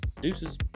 Deuces